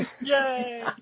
Yay